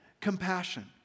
compassion